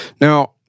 Now